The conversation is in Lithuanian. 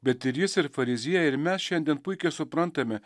bet ir jis ir fariziejai ir mes šiandien puikiai suprantame